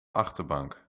achterbank